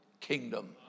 kingdom